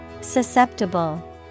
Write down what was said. Susceptible